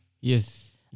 Yes